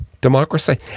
democracy